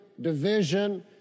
division